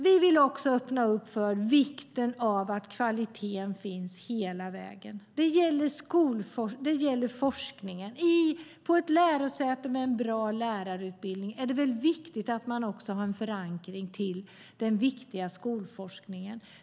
Vi vill också betona vikten av att kvaliteten finns hela vägen. Det gäller till exempel forskningen. På ett lärosäte med en bra lärarutbildning är det viktigt att man också har en förankring till den viktiga skolforskningen.